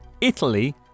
Italy